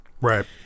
Right